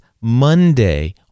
Monday